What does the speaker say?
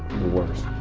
worst